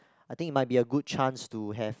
I think it might be a good chance to have